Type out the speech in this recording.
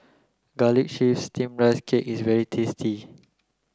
garlic chives steamed rice cake is very tasty